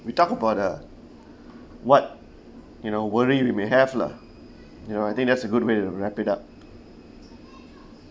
we talk about the what you know worry we may have lah you know I think that's a good way to wrap it up